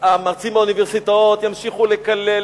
המרצים באוניברסיטאות ימשיכו לקלל,